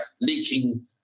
leaking